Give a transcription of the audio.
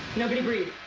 nobody breathe.